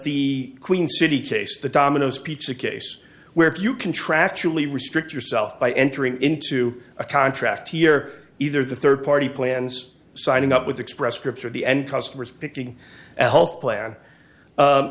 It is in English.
the queen city case the domino's pizza case where if you contractually restrict yourself by entering into a contract here either the third party plans signing up with express scripts or the end customer is picking at health